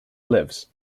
lives